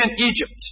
Egypt